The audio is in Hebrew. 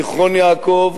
זיכרון-יעקב,